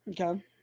Okay